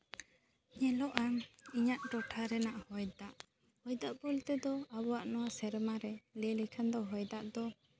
ᱧᱮᱞᱚᱜᱼᱟ ᱤᱧᱟᱹᱜ ᱴᱚᱴᱷᱟ ᱨᱮᱱᱟᱜ ᱦᱚᱭ ᱫᱟᱜ ᱱᱤᱛᱚᱜ ᱵᱚᱞᱛᱮ ᱫᱚ ᱟᱵᱚᱣᱟᱜ ᱱᱚᱣᱟ ᱥᱮᱨᱢᱟ ᱨᱮ ᱞᱟᱹᱭ ᱞᱮᱠᱷᱟᱱ ᱫᱚ ᱦᱚᱭ ᱫᱟᱜ ᱫᱚ